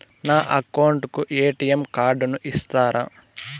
నా అకౌంట్ కు ఎ.టి.ఎం కార్డును ఇస్తారా